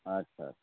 ᱟᱪᱪᱷᱟ ᱟᱪᱪᱷᱟ